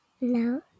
no